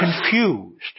confused